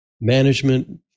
management